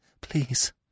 please